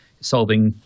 solving